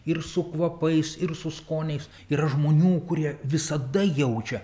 ir su kvapais ir su skoniais yra žmonių kurie visada jaučia